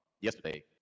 yesterday